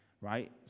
right